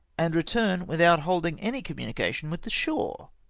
and return without holding any communica tion with the shore!